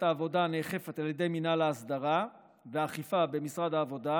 העבודה הנאכפת על ידי מינהל ההסדרה והאכיפה במשרד העבודה,